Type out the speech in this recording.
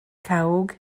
cawg